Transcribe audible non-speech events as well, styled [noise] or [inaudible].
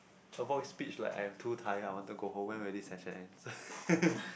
avoid speech like I'm too tired I want to go home when will this session ends [laughs]